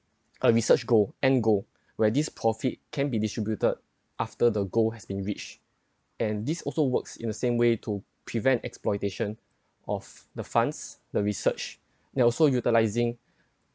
a research go and go where these profit can be distributed after the goal has been reached and this also works in the same way to prevent exploitation of the funds the research there are also utilizing